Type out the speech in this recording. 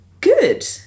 good